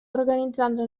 organizzando